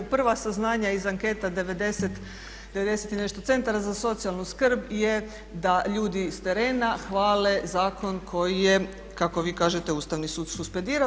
Prva saznanja iz anketa 90 i nešto centara za socijalnu skrb je da ljudi s terena hvale zakon koji je kako vi kažete Ustavni sud suspendirao.